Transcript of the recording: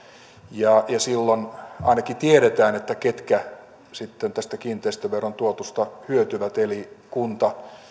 ja silloin ainakin tiedetään ketkä sitten tästä kiinteistöveron tuotosta hyötyvät eli kunta